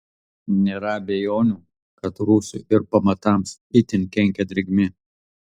nėra abejonių kad rūsiui ir pamatams itin kenkia drėgmė